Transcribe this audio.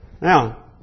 Now